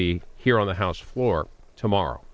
be here on the house floor tomorrow